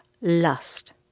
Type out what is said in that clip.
lust